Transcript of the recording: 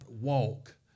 walk